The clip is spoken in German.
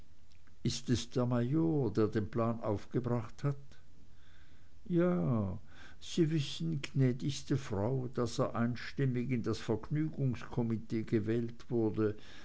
ist es der major der den plan aufgebracht hat ja sie wissen gnädigste frau daß er einstimmig in das vergnügungskomitee gewählt wurde